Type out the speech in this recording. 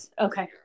okay